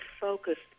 focused